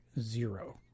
zero